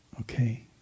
okay